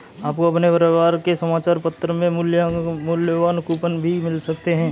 आपको अपने रविवार के समाचार पत्र में मूल्यवान कूपन भी मिल सकते हैं